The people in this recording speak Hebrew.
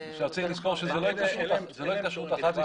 צריך לזכור שזו לא התקשרות אחת,